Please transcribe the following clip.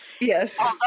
Yes